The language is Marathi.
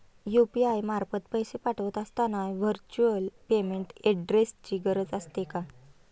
यु.पी.आय मार्फत पैसे पाठवत असताना व्हर्च्युअल पेमेंट ऍड्रेसची गरज असते का?